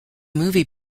movie